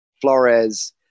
Flores